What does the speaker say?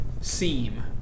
seam